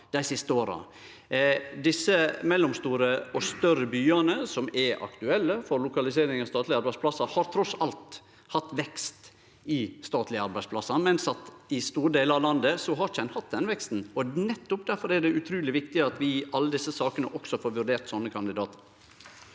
Desse mellomstore og større byane som er aktuelle for lokalisering av statlege arbeidsplassar, har trass alt hatt vekst i talet på statlege arbeidsplassar. Men i store delar av landet har ein ikkje hatt slik vekst, og nettopp difor er det utruleg viktig at vi i alle desse sakene også får vurdert slike kandidatar.